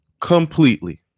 completely